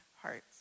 hearts